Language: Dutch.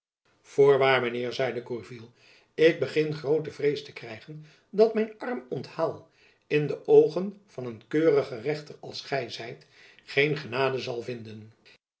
mijn heer zeide gourville ik begin groote vrees te krijgen dat mijn arm onthaal in de oogen van een keurigen rechter als gy zijt geen genade zal vinden